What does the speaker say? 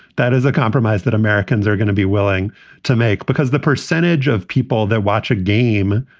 that is a compromise that americans are gonna be willing to make because the percentage of people that watch a game,